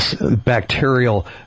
bacterial